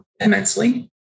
immensely